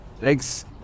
Thanks